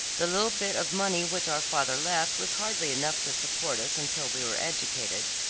the little bit of money which our father left was hardly enough to support us until we were educated.